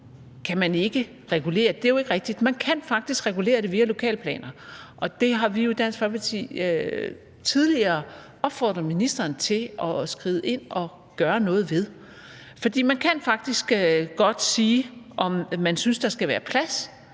at man ikke kan regulere, er jo ikke rigtigt; man kan faktisk regulere det via lokalplaner, og det har vi i Dansk Folkeparti jo tidligere opfordret ministeren til at skride ind og gøre noget ved. For man kan faktisk godt sige, om man synes, at der skal være plads